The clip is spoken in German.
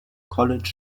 college